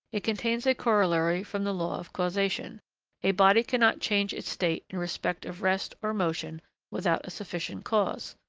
it contains a corollary from the law of causation a body cannot change its state in respect of rest or motion without a sufficient cause.